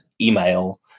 email